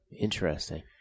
Interesting